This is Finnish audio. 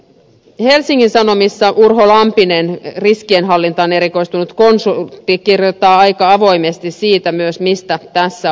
helsingin sanomissa urho lempinen riskienhallintaan erikoistunut konsultti kirjoittaa aika avoimesti myös siitä mistä tässä on kyse